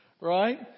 right